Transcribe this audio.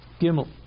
Gimel